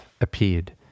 appeared